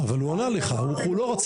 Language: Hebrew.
הוא ענה לך.